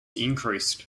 increased